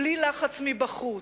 בלי לחץ מבחוץ,